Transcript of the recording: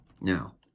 Now